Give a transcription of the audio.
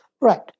Right